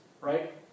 right